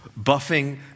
buffing